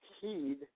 heed